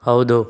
ಹೌದು